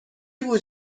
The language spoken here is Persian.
بود